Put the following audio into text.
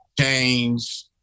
Change